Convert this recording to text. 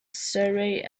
surrey